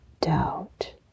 doubt